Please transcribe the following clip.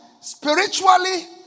spiritually